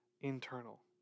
internal